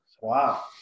wow